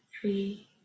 three